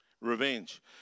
revenge